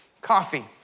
coffee